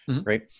right